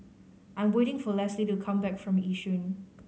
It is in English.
I'm waiting for Lesley to come back from Yishun